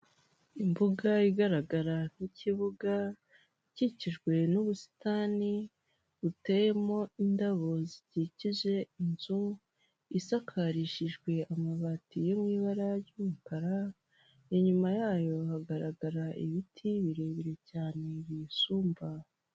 Imbuga igaragara nk'ikibuga, ikikijwe n'ubusitani buteyemo indabo zikikije inzu, isakarishijwe amabati yo mu ibara ry'umukara, inyuma yayo hagaragara ibiti birebire cyane, biyisumba.